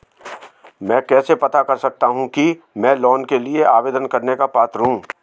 मैं कैसे पता कर सकता हूँ कि मैं लोन के लिए आवेदन करने का पात्र हूँ?